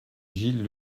gilles